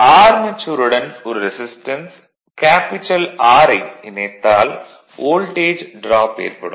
ஆர்மெச்சூருடன் ஒரு resistance capital R ஐ இணைத்தால் வோல்டேஜ் டிராப் ஏற்படும்